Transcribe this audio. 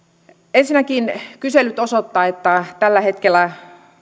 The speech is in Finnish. ensinnäkin kyselyt osoittavat että tällä hetkellä